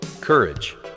Courage